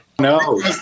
No